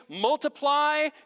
multiply